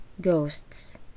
Ghosts